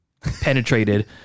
penetrated